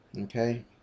okay